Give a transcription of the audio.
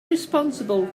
responsible